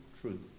truth